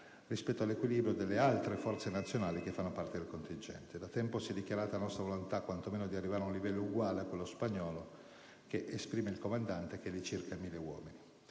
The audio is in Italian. rispetto all'equilibrio delle altre forze nazionali che fanno parte del contingente. Da tempo si è dichiarata la nostra volontà quanto meno di arrivare ad un livello uguale a quello spagnolo, che esprime il comandante, che è di circa 1.000 uomini.